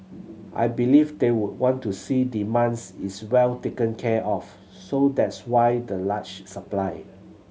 I believe they would want to see demands is well taken care of so that's why the large supply